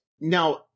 Now